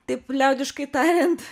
taip liaudiškai tariant